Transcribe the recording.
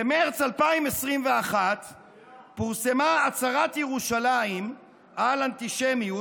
במרץ 2021 פורסמה הצהרת ירושלים על אנטישמיות